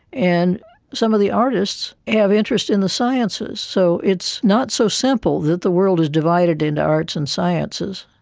and some of the artists have interest in the sciences. so it's not so simple that the world is divided into arts and sciences.